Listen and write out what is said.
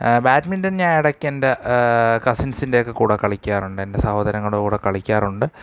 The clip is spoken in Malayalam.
ബാഡ്മിൻറൺ ഞാൻ ഇടയ്ക്കെൻ്റെ കസിൻസിൻ്റെ ഒക്കെ കൂടെ കളിക്കാറുണ്ട് എൻ്റെ സഹോദരങ്ങളുടെ കൂടെ കളിക്കാറുണ്ട്